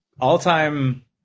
all-time